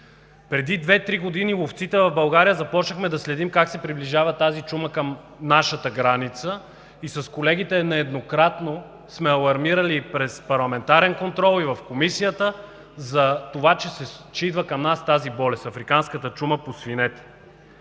Преди две-три години ловците в България започнахме да следим как се приближава тази чума към нашата граница и с колегите нееднократно сме алармирали през парламентарен контрол и в Комисията за това, че идва тази болест към нас – африканската чума по свинете.